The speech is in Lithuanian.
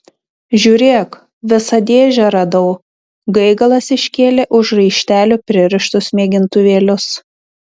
žiūrėk visą dėžę radau gaigalas iškėlė už raištelių pririštus mėgintuvėlius